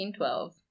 1812